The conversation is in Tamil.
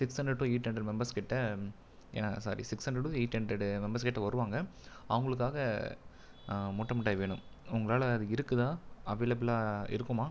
six hundred to eight hundred members கிட்டே sorry six hundred to eight hundred members கிட்டே வருவாங்க அவங்களுக்காக முட்ட முட்டாய் வேணும் உங்களால் அது இருக்குதா அவைளப்பிலாக இருக்குமா